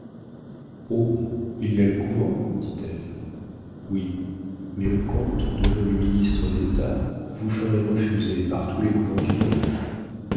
il y a le couvent dit-elle oui mais le comte devenu ministre d'état vous ferait refuser par tous les couvents du monde